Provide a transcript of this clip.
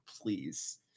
please